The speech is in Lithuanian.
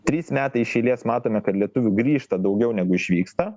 trys metai iš eilės matome kad lietuvių grįžta daugiau negu išvyksta